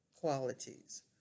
qualities